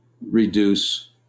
reduce